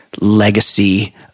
legacy